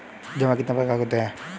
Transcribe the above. जमा कितने प्रकार के होते हैं?